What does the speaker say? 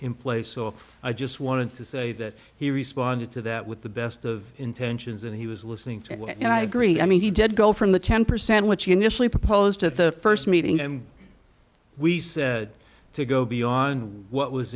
in place so i just wanted to say that he responded to that with the best of intentions and he was listening to and i agree i mean he did go from the ten percent which initially proposed at the st meeting and we said to go beyond what was